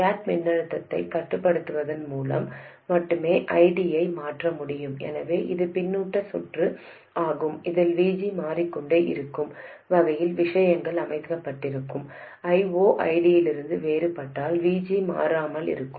gate மின்னழுத்தத்தைக் கட்டுப்படுத்துவதன் மூலம் மட்டுமே ஐடியை மாற்ற முடியும் எனவே இது பின்னூட்ட சுற்று ஆகும் இதில் VG மாறிக்கொண்டே இருக்கும் வகையில் விஷயங்கள் அமைக்கப்பட்டிருக்கும் I0 ஐடியிலிருந்து வேறுபட்டால் VG மாறாமல் இருக்கும்